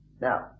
Now